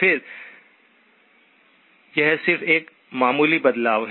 फिर यह सिर्फ एक मामूली बदलाव है